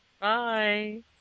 Bye